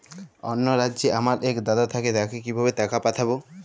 অন্য রাজ্যে আমার এক দাদা থাকে তাকে কিভাবে টাকা পাঠাবো?